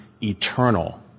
eternal